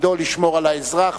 תפקידו לשמור על האזרח,